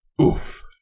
Oof